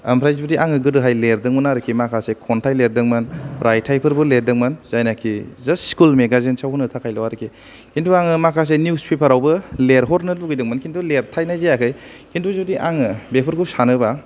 आमफ्राय जुदि आङो गोदोहाय लेरदोंमोन आरोखि माखासे खन्थाइ लेरदोंमोन रायथाइफोरबो लेरदोंमोन जायनाखि जास्थ सिकुलस मेजाजिनसाव होनो थाखायल' आरोखि खिन्थु आङो माखासे निउस फेफारावबो लेरहरनो लुबैदोंमोन खिन्थु लिरथायनाय जायाखै खिन्थु जुदि आङो बेफोरखौ सानोबा